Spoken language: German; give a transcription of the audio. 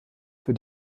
für